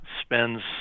spends